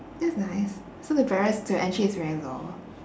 that's nice so the barriers to entry is very low